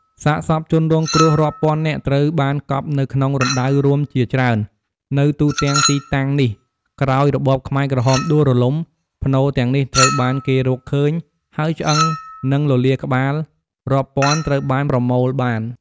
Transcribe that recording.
សាកសពជនរងគ្រោះរាប់ពាន់នាក់ត្រូវបានកប់នៅក្នុងរណ្ដៅរួមជាច្រើននៅទូទាំងទីតាំងនេះ ក្រោយរបបខ្មែរក្រហមដួលរលំ ផ្នូរទាំងនេះត្រូវបានគេរកឃើញ ហើយឆ្អឹង និងលលាដ៍ក្បាលរាប់ពាន់ត្រូវបានប្រមូលបាន។